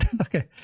Okay